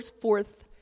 forth